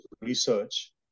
research